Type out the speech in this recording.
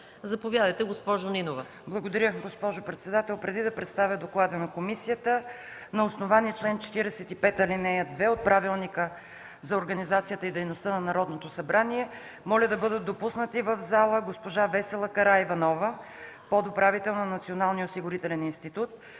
ДОКЛАДЧИК КОРНЕЛИЯ НИНОВА: Благодаря, госпожо председател. Преди да представя доклада на комисията, на основание чл. 45, ал. 2 от Правилника за организацията и дейността на Народното събрание моля да бъдат допуснати в залата: госпожа Весела Караиванова – подуправител на Националния осигурителен институт;